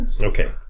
Okay